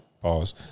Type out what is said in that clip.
pause